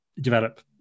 develop